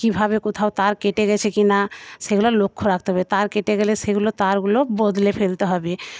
কীভাবে কোথাও তার কেটে গেছে কিনা সেগুলা লক্ষ্য রাখতে হবে তার কেটে গেলে সেগুলো তারগুলো বদলে ফেলতে হবে